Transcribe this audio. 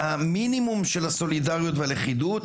המינימום של הסולידריות והלכידות,